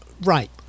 right